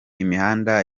imihanda